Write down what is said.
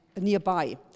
nearby